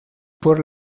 por